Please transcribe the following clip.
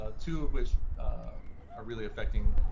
ah two of which are really affecting